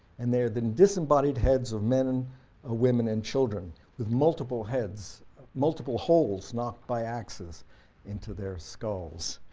and they are the disembodied heads of men, and ah women, and children with multiple heads multiple holes not by axes into their skulls.